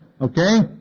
Okay